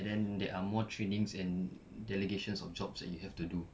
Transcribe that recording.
and then there are more trainings and delegations of jobs that you have to do